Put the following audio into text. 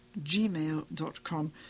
gmail.com